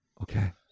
Okay